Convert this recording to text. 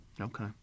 Okay